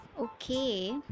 okay